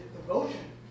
devotion